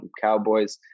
Cowboys